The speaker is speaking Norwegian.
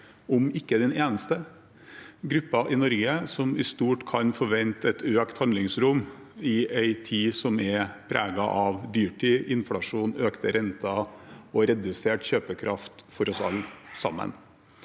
om ikke den eneste – i Norge som i stort kan forvente et økt handlingsrom, i en tid som er preget av dyrtid, inflasjon, økte renter og redusert kjøpekraft for oss alle.